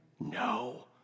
No